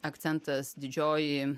akcentas didžioji